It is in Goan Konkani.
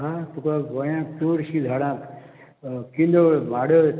आ तुका गोंयांत चडशीं झाडांक किंदोळ वाडत